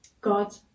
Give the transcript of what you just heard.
God